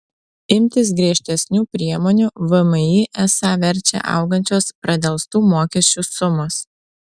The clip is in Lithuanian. imtis griežtesnių priemonių vmi esą verčia augančios pradelstų mokesčių sumos